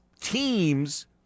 teams